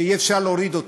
שאי-אפשר להוריד אותו.